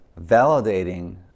validating